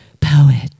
poet